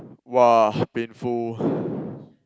!wah! painful